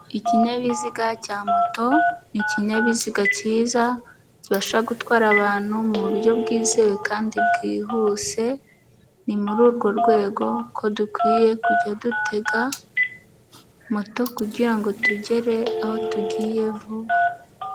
Ikinyabiziga cya moto ni ikinyabiziga cyiza kibasha gutwara abantu mu buryo bwizewe kandi bwihuse, ni muri urwo rwego ko dukwiye kujya dutega moto kugira ngo tugere aho tugiye vuba.